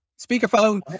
Speakerphone